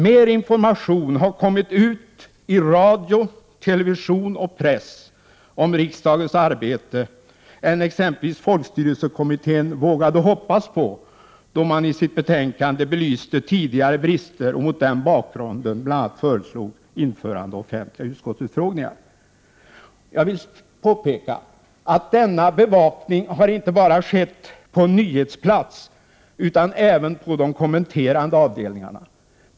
Mer information har kommit ut i radio, television och press om riksdagens arbete än exempelvis folkstyrelsekommittén vågade hoppas på, då man i sitt betänkande belyste tidigare brister och mot denna bakgrund bl.a. föreslog införande av offentliga utskottsutfrågningar. Jag vill påpeka att denna bevakning inte bara har skett på nyhetsplats utan även på de kommenterande avdelningarna.